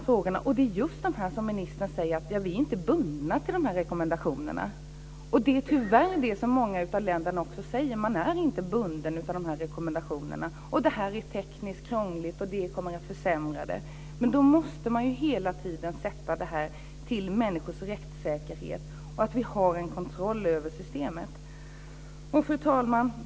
Men det är just som ministern säger, dvs. att vi inte är bundna av dessa rekommendationer. Det är tyvärr det som många av länderna säger, dvs. man är inte bunden av rekommendationerna, och det är tekniskt krångligt och det kommer att bli försämringar. Då måste det för människors rättssäkerhet vara kontroll över systemet. Fru talman!